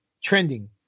trending